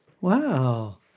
Wow